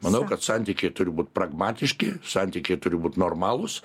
manau kad santykiai turi būt pragmatiški santykiai turi būt normalūs